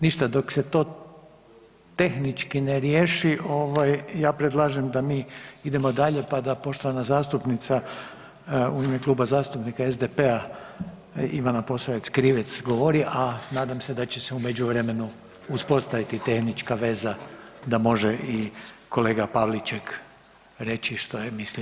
Ništa, dok se to tehnički ne riješi ja predlažem da mi idemo dalje pa da poštovana zastupnica u ime Kluba zastupnika SDP-a Ivana Posavec Krivec govori, a nadam se da će se u međuvremenu uspostaviti tehnička veza da može i kolega Pavliček reći što je mislio.